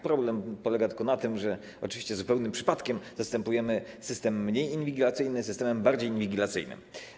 Problem polega tylko na tym, że zupełnie przypadkiem zastępujemy system mniej inwigilacyjny systemem bardziej inwigilacyjnym.